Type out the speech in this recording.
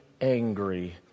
angry